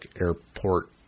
airport